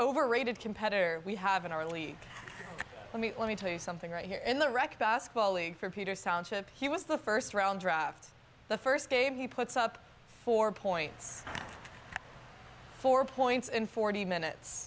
overrated competitor we have in our only let me let me tell you something right here in the rec basketball league for peter sound chip he was the first round draft the first game he puts up four points four points in forty minutes